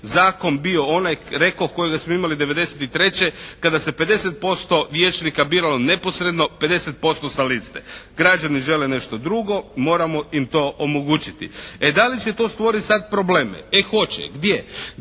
zakon bio onaj rekoh kojega smo imali '93. kada se 50% vijećnika biralo neposredno, 50% sa liste. Građani žele nešto drugo, moramo im to omogućiti. E da li će to stvoriti sad probleme? E hoće. Gdje?